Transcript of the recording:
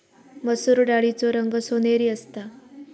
मसुर डाळीचो रंग सोनेरी असता